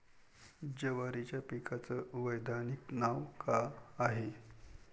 जवारीच्या पिकाचं वैधानिक नाव का हाये?